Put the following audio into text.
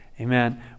amen